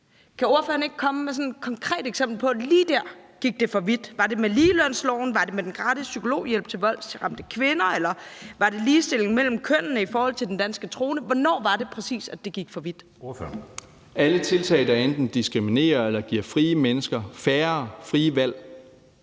Kan ordføreren ikke komme med sådan et konkret eksempel på, hvor den gik for vidt? Var det med ligelønsloven, var det med den gratis psykologhjælp til voldsramte kvinder, eller var det med ligestillingen mellem kønnene i forhold til den danske trone? Hvornår var det præcis, det gik for vidt? Kl. 16:15 Anden næstformand (Jeppe Søe): Ordføreren.